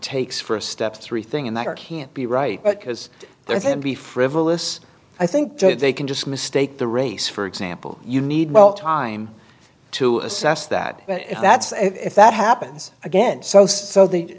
takes for a step three thing and that he can't be right because there can be frivolous i think they can just mistake the race for example you need well time to assess that that's if that happens again so so the